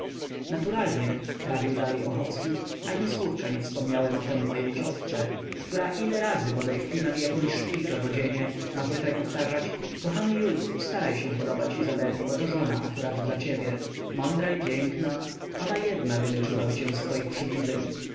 naturalnie prawił dalej ochocki ani słówka nie wspomniałem o tem mojej ciotce która ile razy bodaj wpina mi jakąś szpilkę w odzienie ma zwyczaj powtarzać kochany julku staraj się podobać izabeli bo to żona akurat dla ciebie mądra i piękna ona jedna wyleczyłaby cię z twoich